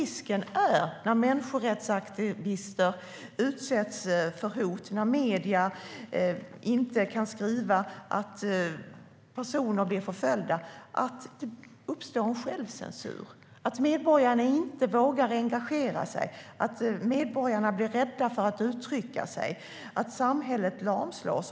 När människorättsaktivister utsätts för hot och när medierna inte kan skriva att personer blir förföljda är risken att det uppstår en självcensur, att medborgarna inte vågar engagera sig, att medborgarna blir rädda för att uttrycka sig och att samhället lamslås.